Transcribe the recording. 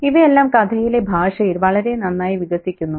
ഇവയെല്ലാം കഥയിലെ ഭാഷയിൽ വളരെ നന്നായി വികസിക്കുന്നു